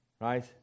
right